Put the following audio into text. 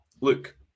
look